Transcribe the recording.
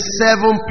seven